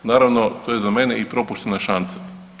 Naravno, to je za mene i propuštena šansa.